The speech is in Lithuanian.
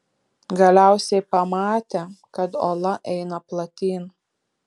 galiausiai pamatė kad ola eina platyn